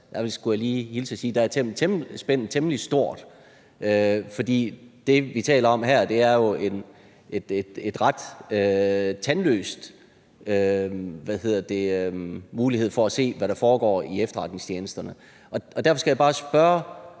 der er spændet temmelig stort. For det, vi taler om her, er jo en ret tandløs mulighed for at se, hvad der foregår i efterretningstjenesterne. Derfor skal jeg bare spørge